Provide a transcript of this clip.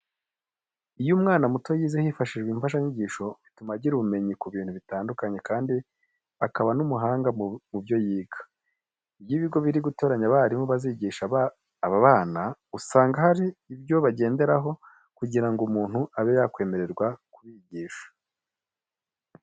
Iyo umwana muto yize hifashishijwe imfashanyigisho bituma agira ubumenyi ku bintu bitandukanye kandi akaba n'umuhanga mu byo yiga. Iyo ibigo biri gutoranya abarimu bazigisha aba bana, usanga hari ibyo bagenderaho kugira ngo umuntu abe yakwemererwa kubigisha.